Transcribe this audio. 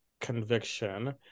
conviction